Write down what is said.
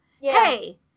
Hey